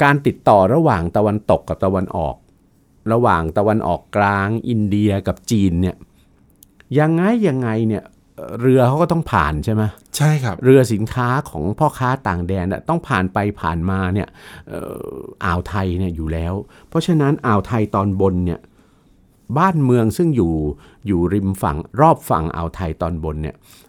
การติดต่อระหว่างตะวันตกกับตะวันออก ระหว่างตะวันออกกลางอินเดียกับจีนเนี่ย ยังไงยังไงเนี่ย เอ่อ เรือเขาก็ต้องผ่านใช่มั้ย?ใช่ครับเรือสินค้าของพ่อค้าต่างแดนน่ะ ต้องผ่านไปผ่านมาเนี่ย เอ่อ อ่าวไทยเนี่ยอยู่แล้ว เพราะฉะนั้นอ่าวไทยตอนบนเนี่ย บ้านเมืองซึ่งอยู่- อยู่ริมฝั่งรอบฝั่งอ่าวไทยตอนบนเนี่ย